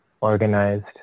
organized